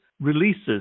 releases